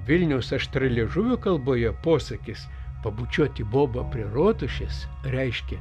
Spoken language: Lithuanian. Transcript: vilniaus aštrialiežuvių kalboje posakis pabučiuoti bobą prie rotušės reiškė